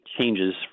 changes